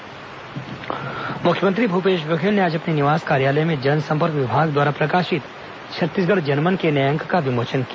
जनमन मुख्यमंत्री भूपेश बघेल ने आज अपने निवास कार्यालय में जनसंपर्क विभाग द्वारा प्रकाशित छत्तीसगढ़ जनमन के नए अंक का विमोचन किया